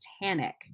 Titanic